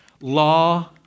law